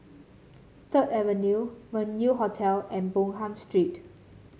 Third Avenue Meng Yew Hotel and Bonham Street